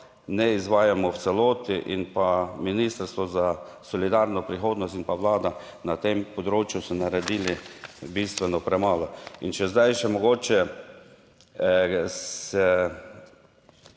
ne izvajamo v celoti in pa Ministrstvo za solidarno prihodnost in pa Vlada, na tem področju so naredili bistveno premalo. In, če zdaj še mogoče se